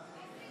להצבעה.